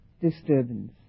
disturbance